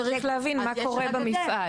צריך להבין מה קורה במפעל.